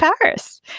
Paris